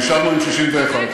נשארנו עם 61,